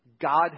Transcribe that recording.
God